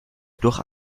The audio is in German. durch